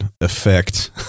effect